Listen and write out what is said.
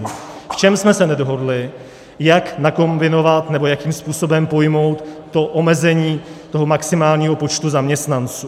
V čem jsme se nedohodli, jak nakombinovat nebo jakým způsobem pojmout omezení toho maximálního počtu zaměstnanců.